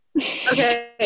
okay